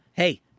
hey